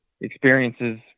experiences